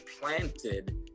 planted